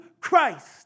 Christ